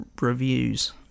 reviews